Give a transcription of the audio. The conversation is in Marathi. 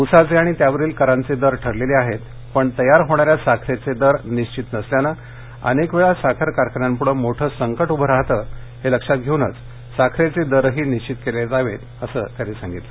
उसाचे आणि त्यावरील करांचे दर ठरलेले आहेत पण तयार होणाऱ्या साखरेचे दर निश्चित नसल्याने अनेकवेळा साखर कारखान्यांपुढे मोठे संकट उभं राहतं हे लक्षात घेऊनच साखरेचे दरही निश्चित ठरवले जावेत असं ते म्हणाले